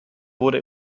wurde